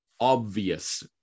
obvious